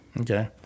okay